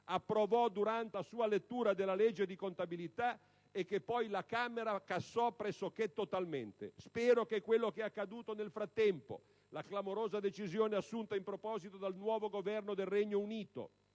durante la sua lettura della legge di contabilità, che poi la Camera cassò pressoché totalmente. Spero che quello che è accaduto nel frattempo - la clamorosa decisione assunta in proposito dal nuovo Governo del Regno Unito